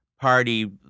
party